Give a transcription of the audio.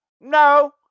no